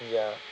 ya